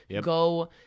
go